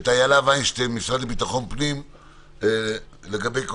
את איילה ויינשטיין מהמשרד לביטחון פנים לגבי כל